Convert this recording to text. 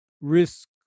risk